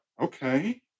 okay